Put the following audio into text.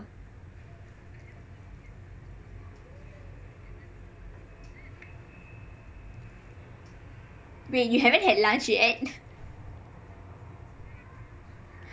wait you haven't had lunch yet